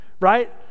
right